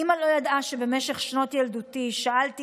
אימא לא ידעה שבמשך שנות ילדותי שאלתי